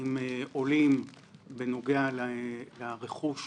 עם עולים בנוגע לרכוש שהגיע.